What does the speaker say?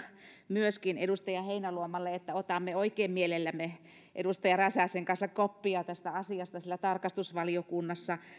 myöskin edustaja heinäluomalle että otamme oikein mielellämme edustaja räsäsen kanssa koppia tästä asiasta siellä tarkastusvaliokunnassa